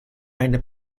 eine